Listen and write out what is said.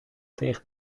tegen